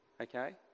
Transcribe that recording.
Okay